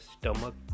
stomach